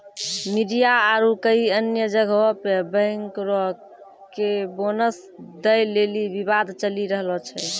media आरु कई अन्य जगहो पे बैंकरो के बोनस दै लेली विवाद चलि रहलो छै